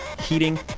heating